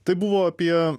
tai buvo apie